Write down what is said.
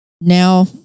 now